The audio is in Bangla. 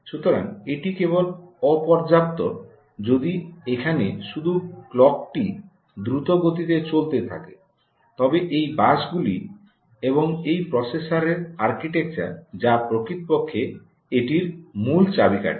সুতরাং এটি কেবল অপর্যাপ্ত যদি এখানে শুধু ক্লকটি দ্রুত গতিতে চলতে থাকে তবে এই বাসগুলি এবং এই প্রসেসরের আর্কিটেকচার যা প্রকৃতপক্ষে এটির মূল চাবিকাঠি